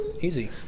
Easy